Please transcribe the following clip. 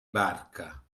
barca